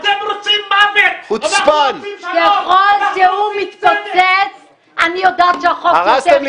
תודה רבה, אני מבקש להוציא אותו החוצה.